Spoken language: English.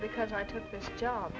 because i took this job